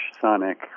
sonic